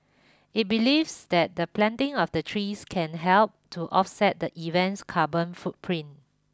it believes that the planting of the trees can help to offset the event's carbon footprint